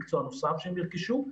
מקצוע נוסף שהם ירכשו,